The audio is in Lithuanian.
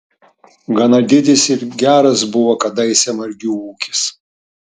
gana didis ir geras buvo kadaise margių ūkis